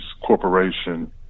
corporation